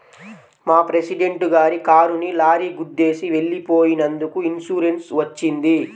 మా ప్రెసిడెంట్ గారి కారుని లారీ గుద్దేసి వెళ్ళిపోయినందుకు ఇన్సూరెన్స్ వచ్చింది